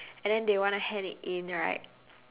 and then they wanna hand it in right